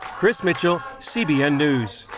chris mitchell, cbn news.